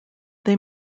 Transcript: they